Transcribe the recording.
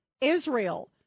Israel